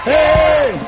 Hey